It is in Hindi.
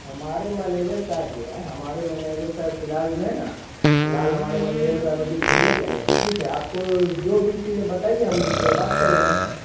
हमारे मैनेजर साहब जो है हमारे मैनेजर साहब फ़िलहाल जो है ना फ़िलहाल हमारे मैनेजर साहब अभी घूमने गए हुए है ठीक है आपको जो भी चीजें बताईए हम उनसे बात करेंगे